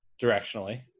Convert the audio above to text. directionally